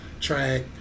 track